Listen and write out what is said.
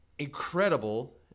Incredible